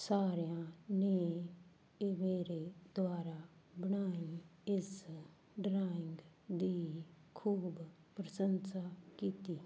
ਸਾਰਿਆਂ ਨੇ ਇਹ ਮੇਰੇ ਦੁਆਰਾ ਬਣਾਈ ਇਸ ਡਰਾਇੰਗ ਦੀ ਖੂਬ ਪ੍ਰਸ਼ੰਸਾ ਕੀਤੀ